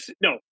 No